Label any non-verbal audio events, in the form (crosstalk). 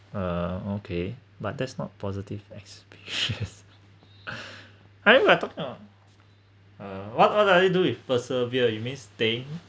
uh okay but that's not positive exp~ (laughs) I mean I'm talking about uh what what are you do with persevere you mean stay